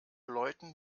leuten